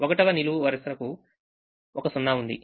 1వ నిలువు వరుసకు ఒక 0 ఉంది